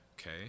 Okay